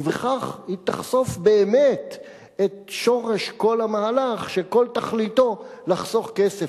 ובכך היא תחשוף באמת את שורש כל המהלך שכל תכליתו לחסוך כסף,